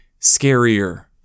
scarier